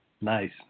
nice